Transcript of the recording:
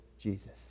Jesus